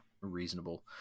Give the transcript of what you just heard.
reasonable